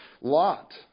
Lot